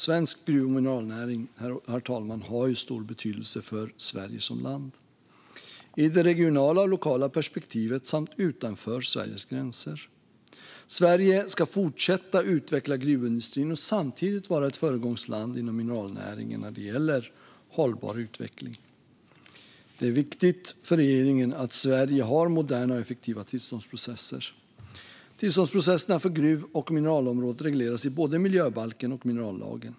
Svensk gruv och mineralnäring har stor betydelse för Sverige som land, i det regionala och lokala perspektivet samt utanför Sveriges gränser. Sverige ska fortsätta utveckla gruvindustrin och samtidigt vara ett föregångsland inom mineralnäringen när det gäller hållbar utveckling. Det är viktigt för regeringen att Sverige har moderna och effektiva tillståndsprocesser. Tillståndsprocesserna på gruv och mineralområdet regleras i både miljöbalken och minerallagen.